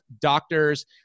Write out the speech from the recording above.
doctors